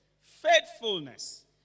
faithfulness